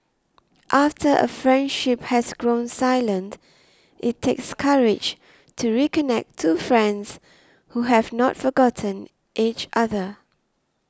after a friendship has grown silent it takes courage to reconnect two friends who have not forgotten each other